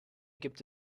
gibt